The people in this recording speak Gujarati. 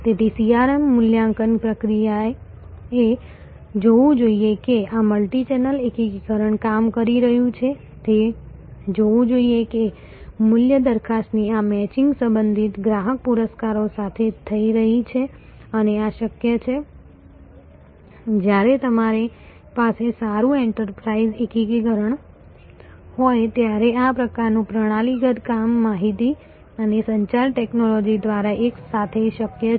તેથી CRM મૂલ્યાંકન પ્રક્રિયાએ જોવું જોઈએ કે આ મલ્ટિચેનલ એકીકરણ કામ કરી રહ્યું છે તે જોવું જોઈએ કે મૂલ્ય દરખાસ્તની આ મેચિંગ સંબંધિત ગ્રાહક પુરસ્કારો સાથે થઈ રહી છે અને આ શક્ય છે જ્યારે તમારી પાસે સારું એન્ટરપ્રાઈઝ એકીકરણ હોય ત્યારે આ પ્રકારનું પ્રણાલીગત કામ માહિતી અને સંચાર ટેકનોલોજી દ્વારા એકસાથે શક્ય છે